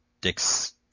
Dick's